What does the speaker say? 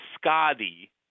Scotty